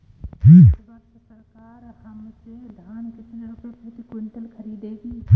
इस वर्ष सरकार हमसे धान कितने रुपए प्रति क्विंटल खरीदेगी?